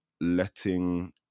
letting